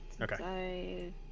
Okay